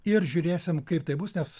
ir žiūrėsim kaip tai bus nes